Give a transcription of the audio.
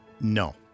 No